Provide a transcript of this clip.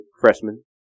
freshman